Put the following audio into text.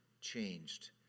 changed